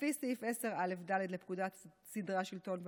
לפי סעיף 10א(ד) לפקודת סדרי השלטון והמשפט,